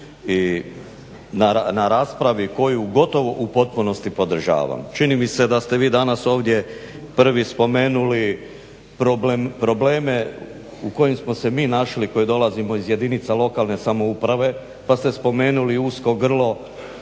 na raspravi koju gotovo u potpunosti podržavam. Čini mi se da ste vi danas ovdje prvi spomenuli probleme u kojim smo se mi našli koji dolazimo iz jedinica lokalne samouprave, pa ste spomenuli usko grlo